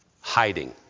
hiding